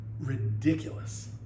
ridiculous